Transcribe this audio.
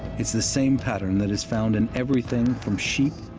it's the same pattern that is found in everything from sheep,